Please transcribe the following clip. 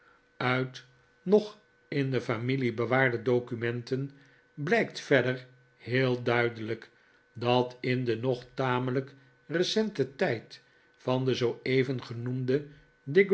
uit nog in de familie bewaarde documenten blijkt verder heel duidelijk dat in den nog tamelijk recenten tijd van den zooeven genoemden